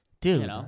dude